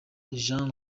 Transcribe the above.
jeune